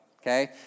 Okay